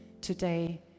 Today